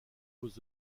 cause